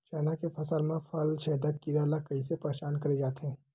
चना के फसल म फल छेदक कीरा ल कइसे पहचान करे जाथे?